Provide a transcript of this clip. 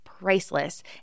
priceless